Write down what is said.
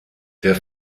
der